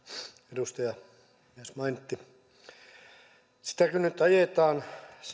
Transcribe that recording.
edustaja myös mainitsi sitä kun nyt ajetaan